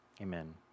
Amen